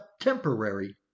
temporary